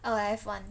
oh I have one